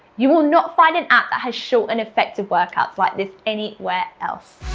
you will not find an app that has short and effective workouts like this, anywhere else.